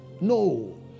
No